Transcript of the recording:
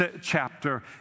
chapter